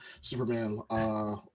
Superman